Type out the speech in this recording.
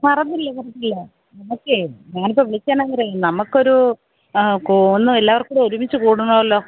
മറന്നില്ല മറന്നില്ല നമുക്കേ ഞാനിപ്പോള് വിളിച്ചതെന്നാറിയാമോ നമ്മള്ക്കൊരു ഒന്ന് എല്ലാവർക്കുംകൂടെ ഒരുമിച്ച് കൂടണമല്ലോ